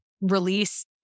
release